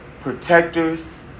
protectors